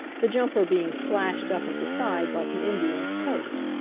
the jumper being slashed up at the sides like an indian's coat.